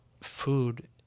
food